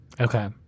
okay